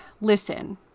Listen